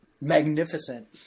magnificent